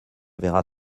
verra